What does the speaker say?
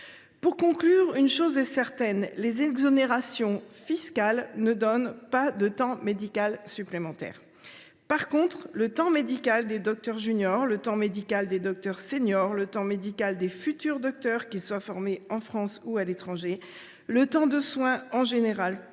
Pour conclure, une chose est certaine : les exonérations fiscales ne donnent pas de temps médical supplémentaire. En revanche, le temps médical des docteurs juniors, le temps médical des docteurs seniors, le temps médical des futurs docteurs, qu’ils soient formés en France ou à l’étranger, le temps de soin en général,